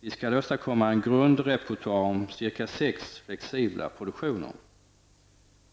De skall åstadkomma en grundrepertoar om cirka 6 flexibla produktioner.